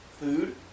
food